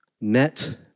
met